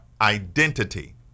identity